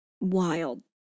wild